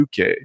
UK